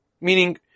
meaning